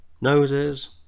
noses